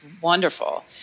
wonderful